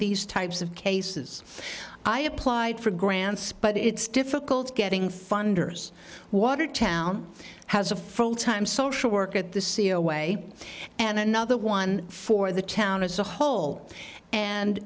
these types of cases i applied for grants but it's difficult getting funders watertown has a full time social work at the c e o way and another one for the town as a whole and